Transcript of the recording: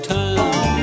time